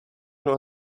nur